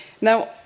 Now